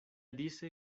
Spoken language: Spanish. dice